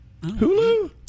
Hulu